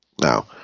Now